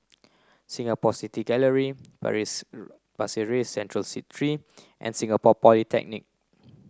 Singapore City Gallery Pasir Ris Central Street Three and Singapore Polytechnic